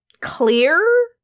clear